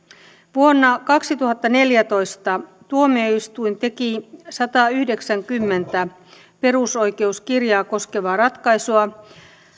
vuonna kaksituhattaneljätoista tuomioistuin teki satayhdeksänkymmentä perusoikeuskirjaa koskevaa ratkaisua